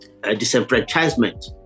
disenfranchisement